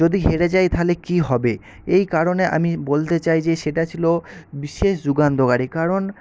যদি হেরে যাই তাহলে কী হবে এই কারণে আমি বলতে চাই যে সেটা ছিল বিশেষ যুগান্তকারী কারণ